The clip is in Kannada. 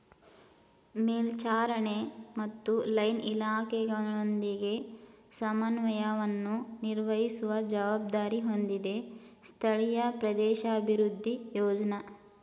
ಮೇಲ್ವಿಚಾರಣೆ ಮತ್ತು ಲೈನ್ ಇಲಾಖೆಗಳೊಂದಿಗೆ ಸಮನ್ವಯವನ್ನು ನಿರ್ವಹಿಸುವ ಜವಾಬ್ದಾರಿ ಹೊಂದಿದೆ ಸ್ಥಳೀಯ ಪ್ರದೇಶಾಭಿವೃದ್ಧಿ ಯೋಜ್ನ